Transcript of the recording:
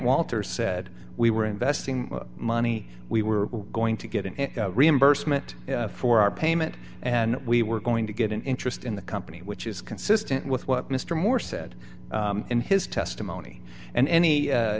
walters said we were investing money we were going to get an reimbursement for our payment and we were going to get an interest in the company which is consistent with what mr moore said in his testimony and any